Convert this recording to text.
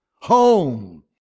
Home